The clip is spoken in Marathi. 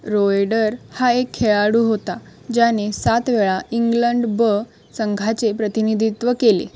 रोयडर हा एक खेळाडू होता ज्याने सात वेळा इंग्लंड ब संघाचे प्रतिनिधित्व केले